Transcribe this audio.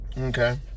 Okay